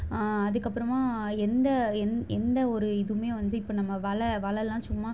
அதுக்கப்புறமா எந்த எந்த எந்த ஒரு இதுவுமே வந்து இப்போ நம்ம வலை வலைலாம் சும்மா